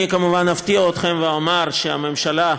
אני כמובן אפתיע אתכם ואומר שהממשלה,